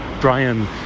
Brian